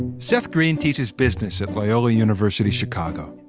seth green teaches business at loyola university chicago.